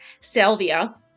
salvia